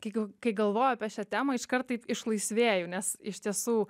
kai ga kai galvoju apie šią temą iškart taip išlaisvėju nes iš tiesų